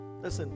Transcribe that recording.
Listen